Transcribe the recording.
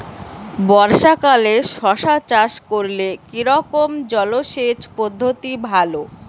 বর্ষাকালে শশা চাষ করলে কি রকম জলসেচ পদ্ধতি ভালো?